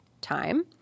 time